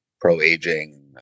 pro-aging